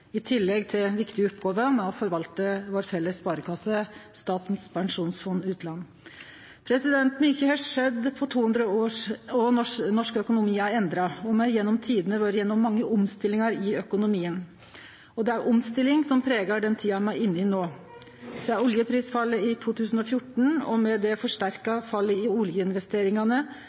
i tillegg til viktige oppgåver med å forvalte den felles sparekassen vår, Statens pensjonsfond utland. Mykje har skjedd på 200 år, norsk økonomi er endra, og me har gjennom tidene vore gjennom mange omstillingar i økonomien. Det er omstilling som pregar den tida me er inne i no. Med oljeprisfallet i 2014 og det forsterka fallet i oljeinvesteringane